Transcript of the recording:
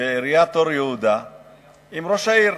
בעיריית אור-יהודה עם ראש העיר.